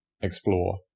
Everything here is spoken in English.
explore